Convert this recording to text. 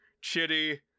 chitty